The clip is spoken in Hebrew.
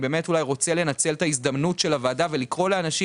באמת רוצה לנצל את ההזדמנות של הוועדה ולקרוא לאנשים,